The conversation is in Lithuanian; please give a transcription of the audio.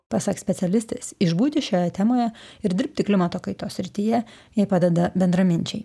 pasak specialistės išbūti šioje temoje ir dirbti klimato kaitos srityje jai padeda bendraminčiai